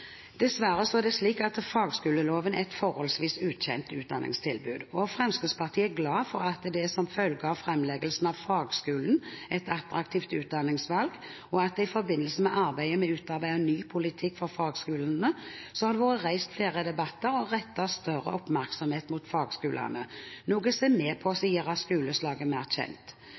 Dessverre er det slik at fagskolen er et forholdsvis ukjent utdanningstilbud, og Fremskrittspartiet er glad for at det som følge av fremleggelsen av Fagskolen – et attraktivt utdanningsvalg og i forbindelse med arbeidet med å utarbeide ny politikk for fagskolene har vært reist flere debatter og rettet større oppmerksomhet mot fagskolene, noe som er med på å gjøre skoleslaget mer kjent.